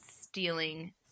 stealing